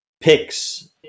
picks